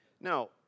Now